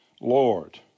Lord